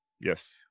Yes